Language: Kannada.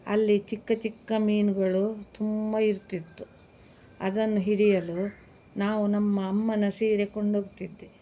ಅಲ್ಲಿ ಚಿಕ್ಕ ಚಿಕ್ಕ ಮೀನುಗಳು ತುಂಬ ಇರ್ತಿತ್ತು ಅದನ್ನು ಹಿಡಿಯಲು ನಾವು ನಮ್ಮ ಅಮ್ಮನ ಸೀರೆ ಕೊಂಡೋಗ್ತಿದ್ದೆ